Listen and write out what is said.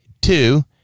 Two